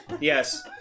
Yes